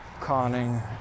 conning